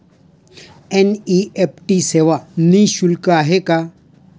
NEFT सेवा निःशुल्क आहे का?